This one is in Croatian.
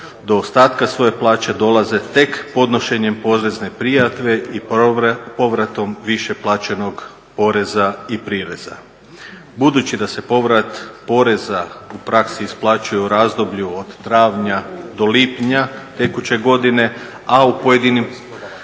do ostatka svoje plaće dolaze tek podnošenjem porezne prijave i povratom više plaćenog poreza i prireza. Budući da se povrat poreza u praksi isplaćuje u razdoblju od travnja do lipnja tekuće godine, a u pojedinim